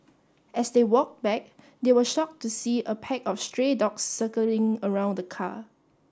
as they walked back they were shocked to see a pack of stray dogs circling around the car